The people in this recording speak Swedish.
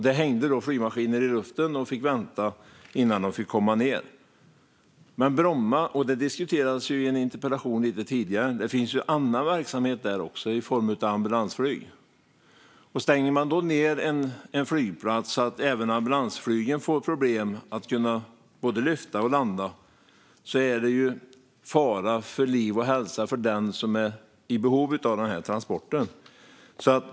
Det hängde då flygmaskiner i luften som fick vänta innan de fick komma ned. På Bromma - detta diskuterades i en annan interpellationsdebatt tidigare - finns det också annan verksamhet i form av ambulansflyg. Stänger man ned en flygplats så att även ambulansflyget får problem med att både lyfta och landa innebär ju det fara för liv och hälsa för den som är i behov av denna transport.